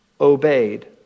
obeyed